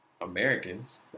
Americans